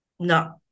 No